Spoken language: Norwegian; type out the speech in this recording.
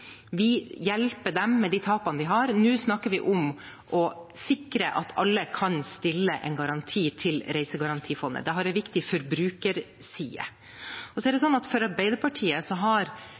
Vi hjelper dem med de tapene de har. Nå snakker vi om å sikre at alle kan stille en garanti til Reisegarantifondet. Det har en viktig forbrukerside. Arbeiderpartiet har fremmet et forslag, som behandles sammen med RNB, om at